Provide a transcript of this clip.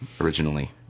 originally